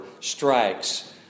strikes